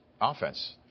Offense